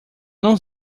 não